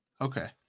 Okay